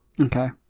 Okay